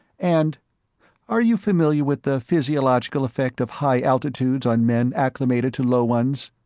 and are you familiar with the physiological effect of high altitudes on men acclimated to low ones?